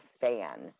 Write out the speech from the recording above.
fan